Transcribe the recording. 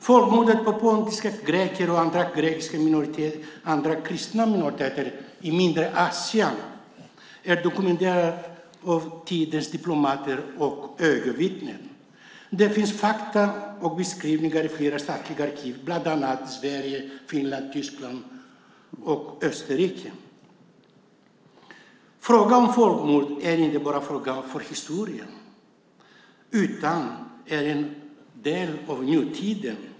Folkmordet på pontiska greker och andra kristna minoriteter i Mindre Asien är dokumenterat av tidens diplomater och ögonvittnen. Det finns fakta och beskrivningar i flera statliga arkiv, bland annat i Sverige, Finland, Tyskland och Österrike. Frågan om folkmord är inte bara en fråga för historien, utan det är en del av nutiden.